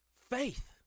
faith